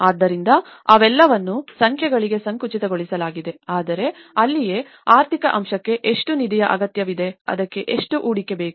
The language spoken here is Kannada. ಆದ್ದರಿಂದ ಅವೆಲ್ಲವನ್ನೂ ಸಂಖ್ಯೆಗಳಿಗೆ ಸಂಕುಚಿತಗೊಳಿಸಲಾಗಿದೆ ಆದರೆ ಅಲ್ಲಿಯೇ ಆರ್ಥಿಕ ಅಂಶಕ್ಕೆ ಎಷ್ಟು ನಿಧಿಯ ಅಗತ್ಯವಿದೆ ಅದಕ್ಕೆ ಎಷ್ಟು ಹೂಡಿಕೆ ಬೇಕು